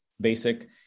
basic